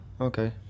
okay